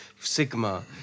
Sigma